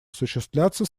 осуществляться